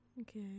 Okay